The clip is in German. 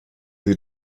sie